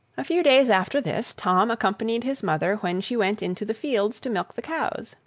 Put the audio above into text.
a few days after this, tom accompanied his mother when she went into the fields to milk the cows,